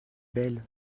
belle